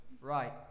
Right